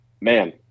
man